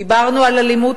דיברנו על אלימות,